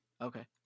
Okay